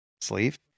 sleeve